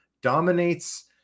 dominates